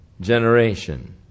generation